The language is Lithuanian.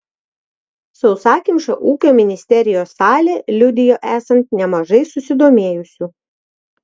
sausakimša ūkio ministerijos salė liudijo esant nemažai susidomėjusių